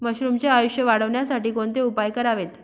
मशरुमचे आयुष्य वाढवण्यासाठी कोणते उपाय करावेत?